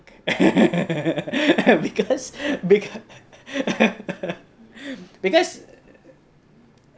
because be~ because